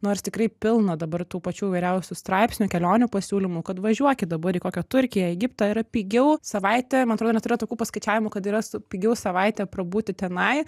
nors tikrai pilna dabar tų pačių įvairiausių straipsnių kelionių pasiūlymų kad važiuokit dabar į kokią turkiją egiptą yra pigiau savaitė man atrodo net turiu tokių paskaičiavimų kad yra su pigiau savaitę prabūti tenai